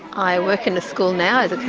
i work in a school now as